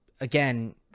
again